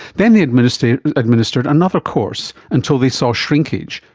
then they administered administered another course until they saw shrinkage,